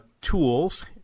tools